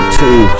two